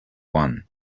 one